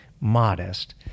modest